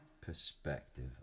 perspective